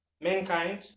mankind